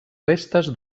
restes